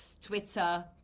twitter